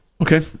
Okay